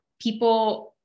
people